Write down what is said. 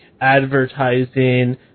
advertising